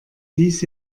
ließ